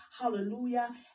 hallelujah